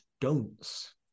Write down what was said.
don'ts